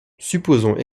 supposons